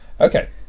Okay